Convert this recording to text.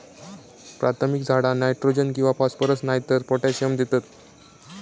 प्राथमिक झाडा नायट्रोजन किंवा फॉस्फरस नायतर पोटॅशियम देतत